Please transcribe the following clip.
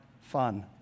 fun